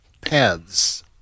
paths